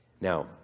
Now